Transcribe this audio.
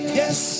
yes